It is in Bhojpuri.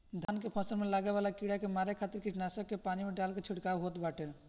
धान के फसल में लागे वाला कीड़ा के मारे खातिर कीटनाशक के पानी में डाल के छिड़काव होत बाटे